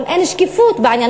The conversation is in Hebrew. גם אין שקיפות בעניין.